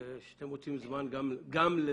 שאתם מוצאים זמן גם לזה.